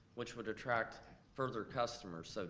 which would attract further customers,